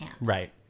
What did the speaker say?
Right